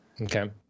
Okay